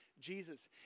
Jesus